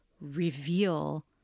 reveal